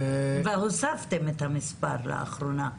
והוספתם את המספר לאחרונה.